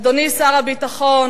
אדוני שר הביטחון,